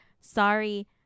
sorry